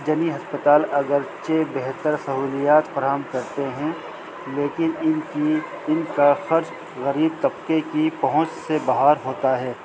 جنی ہسپتال اگرچے بہتر سہولیات فراہم کرتے ہیں لیکن ان کی ان کا خرچ غریب طبقے کی پہنچ سے باہر ہوتا ہے